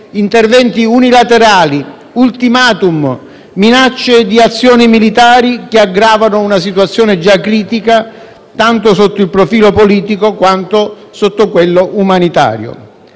interventi unilaterali, *ultimatum*, minacce di azioni militari, che aggravano una situazione già critica, tanto sotto il profilo politico, quanto sotto quello umanitario.